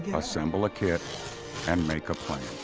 assemble a kit and make a